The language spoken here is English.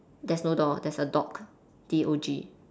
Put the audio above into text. there's no door there's a dog D O G